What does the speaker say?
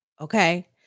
okay